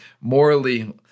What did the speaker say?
morally